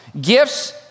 Gifts